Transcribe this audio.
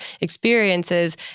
experiences